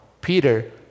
Peter